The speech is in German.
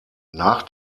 nach